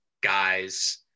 guys